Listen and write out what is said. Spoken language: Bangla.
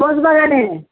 ঘোষবাগানে